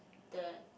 that